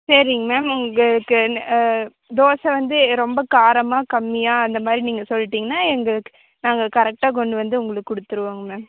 சரிங்க மேம் உங்களுக்கு தோசை வந்து ரொம்ப காரமா கம்மியாக அந்த மாதிரி நீங்கள் சொல்லிடீங்கனா எங்களுக்கு நாங்கள் கரெக்டாக கொண்டு வந்து உங்களுக்கு கொடுத்துருவோங்க மேம்